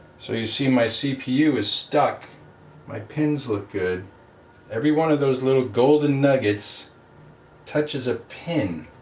so you see my cpu is stuck my pins. look good every one of those little golden nuggets touches a pin